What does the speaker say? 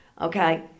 Okay